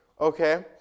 Okay